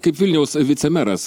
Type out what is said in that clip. kaip vilniaus vicemeras